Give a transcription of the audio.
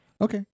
Okay